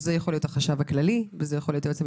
שזה יכול להיות החשב הכללי למשל,